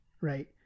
right